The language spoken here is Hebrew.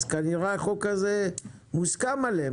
כנראה החוק הזה מוסכם עליהם.